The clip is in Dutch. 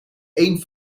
één